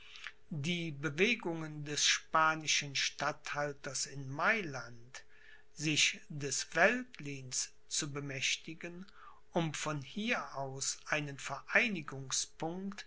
die bewegungen des spanischen statthalters in mailand sich des veltlins zu bemächtigen um von hier aus einen